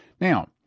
Now